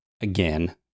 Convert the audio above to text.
again